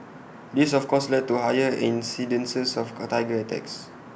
this of course led to higher incidences of go Tiger attacks